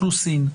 שמתבקש.